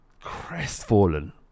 crestfallen